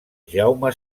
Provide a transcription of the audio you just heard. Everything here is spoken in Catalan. jaume